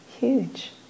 huge